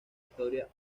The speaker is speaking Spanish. historia